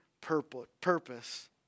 purpose